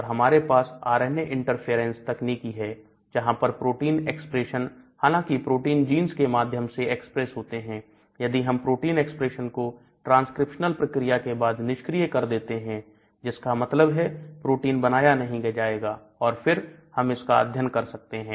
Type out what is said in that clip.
और हमारे पास RNA interferance तकनीकी है जहां पर प्रोटीन एक्सप्रेशन हालांकि प्रोटीन जींस के माध्यम से एक्सप्रेस होता है यदि हम प्रोटीन एक्सप्रेशन को ट्रांसक्रिप्शनल प्रक्रिया के बाद निष्क्रिय कर देते हैं जिसका मतलब है प्रोटीन बनाया नहीं जाएगा और फिर हम इसका अध्ययन कर सकते हैं